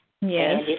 Yes